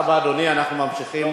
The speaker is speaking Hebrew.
בעד, 5,